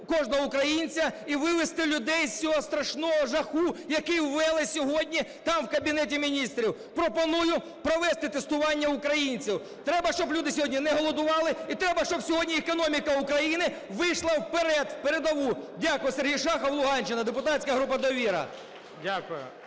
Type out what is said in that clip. кожного українця і вивести людей з цього страшного жаху, який ввели сьогодні там в Кабінеті Міністрів. Пропоную провести тестування українців. Треба, щоб люди сьогодні не голодували і треба, щоб сьогодні економіка України вийшла вперед, в передову. Дякую. Сергій Шахов, Луганщина, депутатська група "Довіра".